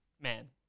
man